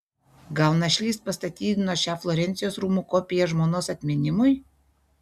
gal našlys pastatydino šią florencijos rūmų kopiją žmonos atminimui